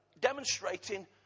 demonstrating